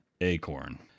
Acorn